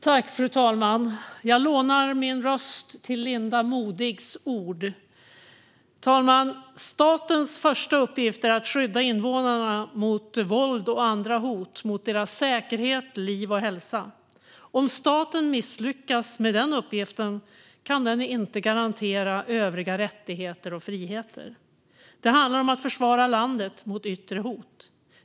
Fru talman! Jag lånar min röst till Linda Modigs ord. Hon skulle egentligen ha hållit det här anförandet. Fru talman! Statens första uppgift är att skydda invånarna mot våld och andra hot mot deras säkerhet, liv och hälsa. Om staten misslyckas med den uppgiften kan den inte garantera övriga rättigheter och friheter. Det handlar om att försvara landet mot yttre hot.